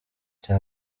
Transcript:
cyo